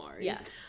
Yes